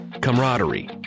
camaraderie